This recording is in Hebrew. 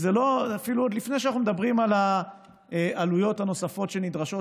אפילו עוד לפני שאנחנו מדברים על העלויות הנוספות שנדרשות,